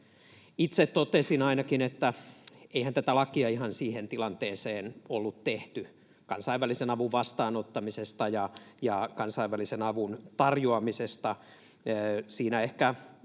itse totesin, että eihän tätä lakia ihan siihen tilanteeseen ollut tehty, lakia kansainvälisen avun vastaanottamisesta ja kansainvälisen avun tarjoamisesta.